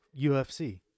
UFC